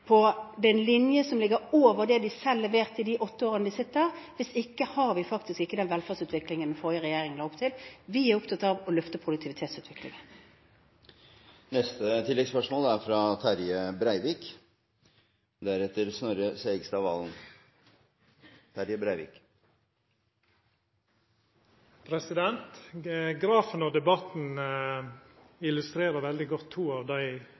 på en linje som ligger over det de selv leverte i løpet av de åtte årene de satt. Hvis ikke har vi faktisk ikke den velferdsutviklingen den forrige regjeringen la opp til. Vi er opptatt av å løfte produktivitetsutviklingen. Terje Breivik – til oppfølgingsspørsmål. Grafane og debatten illustrerer veldig godt to av dei største utfordringane me står overfor: kostnadsnivået og todelinga av